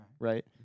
right